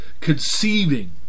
conceiving